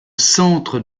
centre